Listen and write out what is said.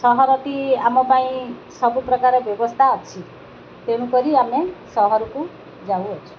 ସହରଟି ଆମ ପାଇଁ ସବୁପ୍ରକାର ବ୍ୟବସ୍ଥା ଅଛି ତେଣୁକରି ଆମେ ସହରକୁ ଯାଉଅଛୁ